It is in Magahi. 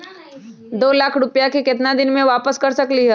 दो लाख रुपया के केतना दिन में वापस कर सकेली?